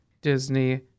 disney